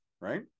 right